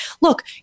look